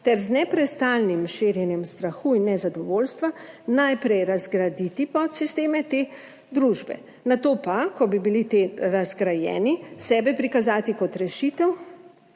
ter z neprestanim širjenjem strahu in nezadovoljstva najprej razgraditi podsisteme te družbe, nato pa, ko bi bili ti razgrajeni, sebe prikazati kot rešitev